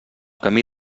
camí